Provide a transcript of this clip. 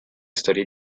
storie